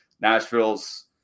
Nashville's